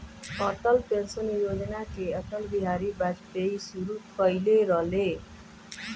Atal pension योजना के अटल बिहारी वाजपयी शुरू कईले रलें